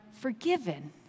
forgiven